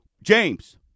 James